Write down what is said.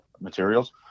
materials